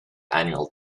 annual